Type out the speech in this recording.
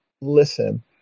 listen